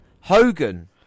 Hogan